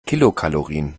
kilokalorien